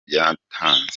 byatanze